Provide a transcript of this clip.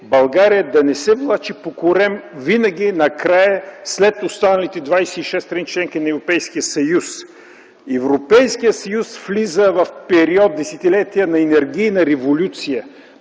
България да не се влачи по корем винаги накрая, след останалите 26 страни – членки на Европейския съюз. Европейският съюз влиза в период от десетилетия на енергийна революция.